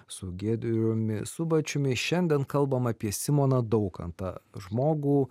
su giedriumi subačiumi šiandien kalbam apie simoną daukantą žmogų